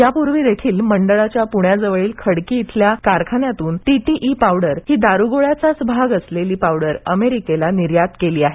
यापूर्वीदेखील मंडळाच्या पुण्याजवळील खडकी येथील कारखान्यांतून टीटीई पावडर ही दारूगोळ्याचाच भाग असलेली पावडर अमेरिकेला निर्यात केली आहे